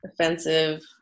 offensive